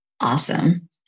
awesome